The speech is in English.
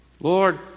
Lord